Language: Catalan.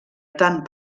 tant